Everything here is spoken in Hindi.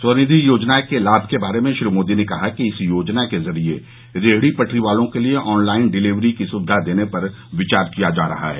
स्वनिधि योजना के लाम के बारे में श्री मोदी ने कहा कि इस योजना के जरिए रेहडी पटरी वालों के लिए ऑनलाइन डिलीवरी की सुविधा देने पर विचार किया जा रहा है